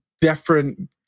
different